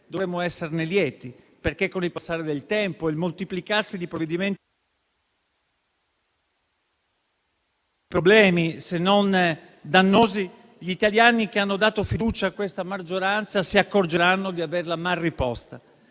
dovremmo esserne lieti, perché con il passare del tempo e il moltiplicarsi di provvedimenti che creano problemi o addirittura dannosi, gli italiani che hanno dato fiducia a questa maggioranza si accorgeranno di averla malriposta.